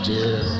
Dear